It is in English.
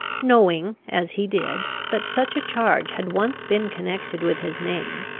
knowing, as he did, that such a charge had once been connected with his name,